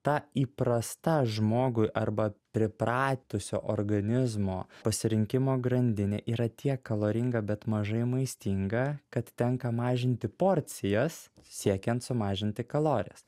ta įprasta žmogui arba pripratusio organizmo pasirinkimo grandinė yra tiek kaloringa bet mažai maistinga kad tenka mažinti porcijas siekiant sumažinti kalorijas